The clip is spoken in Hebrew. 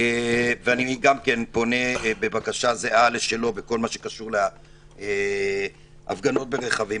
וגם אני פונה בבקשה זהה לשלו בכל מה שקשור להפגנות ברכבים.